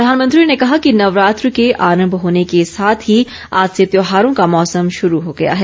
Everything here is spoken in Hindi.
प्रधानमंत्री ने कहा कि नवरात्र के आरम्म होने के साथ ही आज से त्योहारों का मौसम शुरू हो गया है